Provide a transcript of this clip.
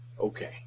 Okay